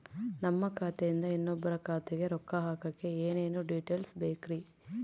ನಮ್ಮ ಖಾತೆಯಿಂದ ಇನ್ನೊಬ್ಬರ ಖಾತೆಗೆ ರೊಕ್ಕ ಹಾಕಕ್ಕೆ ಏನೇನು ಡೇಟೇಲ್ಸ್ ಬೇಕರಿ?